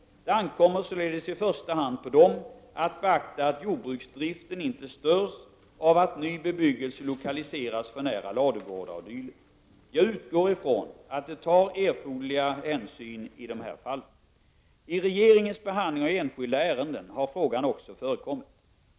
Det ankommer således i första hand på dem att beakta att jordbruksdriften inte störs av att ny bebyggelse lokaliseras för nära ladugårdar o.d. Jag utgår ifrån att de tar erforderliga hänsyn i dessa fall. I regeringens behandling av enskilda ärenden har frågan också förekommit.